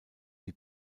die